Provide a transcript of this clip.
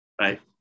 right